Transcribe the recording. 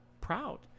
proud